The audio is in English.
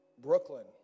Brooklyn